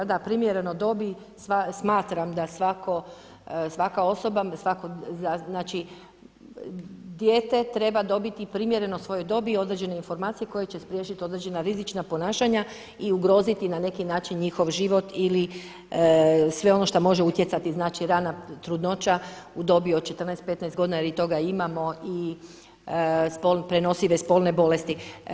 Da, primjereno dobi smatram da svaka osoba, svako, znači dijete treba dobiti primjereno svojoj dobi određene informacije koje će spriječiti određena rizična ponašanja i ugroziti na neki način njihov život ili sve ono što može utjecati, znači rana trudnoća u dobio d 14, 15 godina, jer i toga imamo i prenosive spolne bolesti.